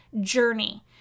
journey